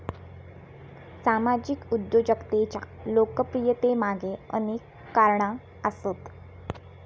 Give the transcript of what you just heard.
सामाजिक उद्योजकतेच्या लोकप्रियतेमागे अनेक कारणा आसत